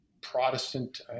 Protestant